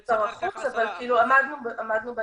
7.5% ואחר 10%. אבל כאילו עמדנו ביעדים.